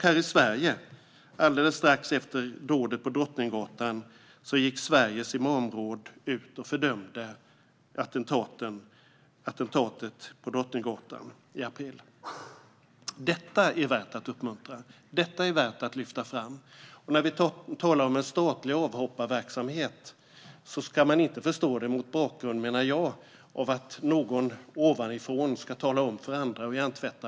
Här i Sverige, alldeles efter dådet på Drottninggatan i april, gick Sveriges imamråd ut och fördömde attentatet. Detta är värt att uppmuntra och lyfta fram. När vi talar om en statlig avhopparverksamhet ska det inte, menar jag, förstås mot bakgrund av att någon ovanifrån ska tala om för andra och hjärntvätta.